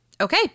Okay